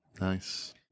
Nice